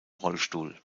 rollstuhl